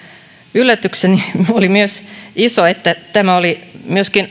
yllätykseni oli iso kun tämä oli myöskin